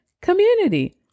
community